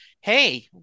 Hey